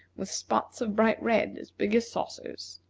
with spots of bright red, as big as saucers.